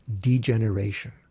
degeneration